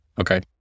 Okay